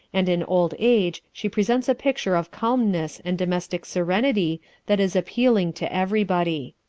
and in old age she presents a picture of calmness and domestic serenity that is appealing to everybody.